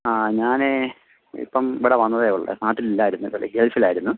ആ ഞാൻ ഇപ്പം ഇവിടെ വന്നതേ ഉള്ളു നാട്ടിലില്ലായിരുന്നു ഗൾഫിലായിരുന്നു